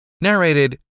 Narrated